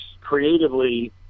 creatively